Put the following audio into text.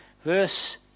verse